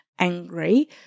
Angry